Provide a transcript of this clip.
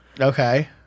Okay